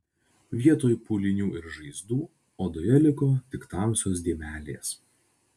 vietoj pūlinių ir žaizdų odoje liko tik tamsios dėmelės